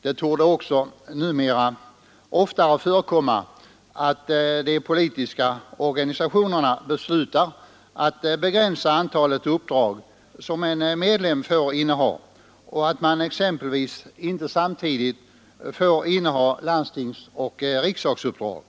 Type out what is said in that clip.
Det torde numera oftare förekomma att de politiska organisationerna beslutar att begränsa antalet uppdrag som en medlem får inneha och att man exempelvis inte samtidigt får inneha landstingsoch riksdagsuppdrag.